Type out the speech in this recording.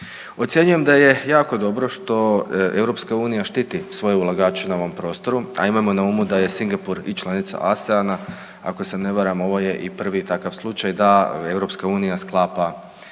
Ocjenjujem da je jako dobro što EU štiti svoje ulagače na ovom prostoru, a imajmo na umu da je Singapur i članica ASEAN-a, ako se ne varam, ovo je i prvi takav slučaj da EU sklapa